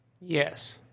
Yes